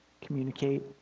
communicate